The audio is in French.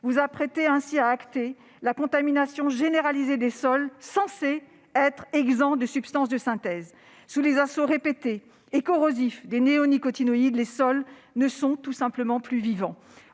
vous apprêtez ainsi à acter la contamination généralisée des sols, censés être exempts de substances de synthèse. Sous les assauts répétés et corrosifs des néonicotinoïdes, les sols ne sont tout simplement plus vivants.